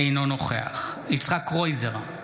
אינו נוכח יצחק קרויזר,